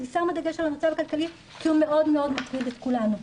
אני שמה דגש על המצב הכלכלי כי הוא מאוד מטריד את כולנו.